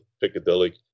Piccadilly